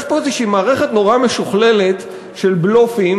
כלומר, יש פה מערכת נורא משוכללת של בלופים,